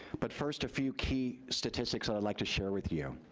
but first a few key statistics i would like to share with you.